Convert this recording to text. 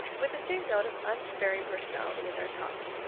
with the same note of unsparing personality in their talk.